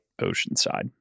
oceanside